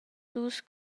dus